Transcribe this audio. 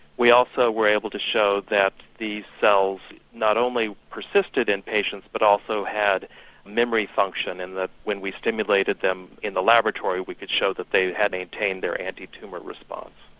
we also were able to show that these cells not only persisted in patients but also had memory function in that when we stimulated them in the laboratory, we could show that they had maintained their anti-tumour response.